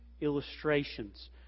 illustrations